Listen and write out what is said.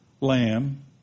lamb